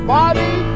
body